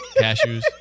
cashews